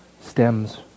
stems